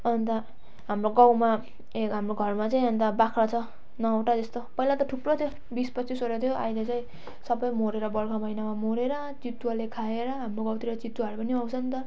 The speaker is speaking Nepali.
अन्त हाम्रो गाउँमा ए हाम्रो घरमा चाहिँ अन्त बाख्रा छ नौवटा जस्तो पहिला त थुप्रो थियो बिस पच्चिसवटा थियो अहिले चाहिँ सबै मरेर बर्खा महिनामा मरेर चितुवाले खाएर हाम्रो गाउँतिर चितुवाहरू पनि आउँछ नि त